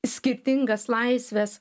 skirtingas laisves